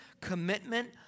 commitment